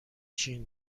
چین